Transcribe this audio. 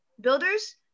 builders